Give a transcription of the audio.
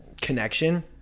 connection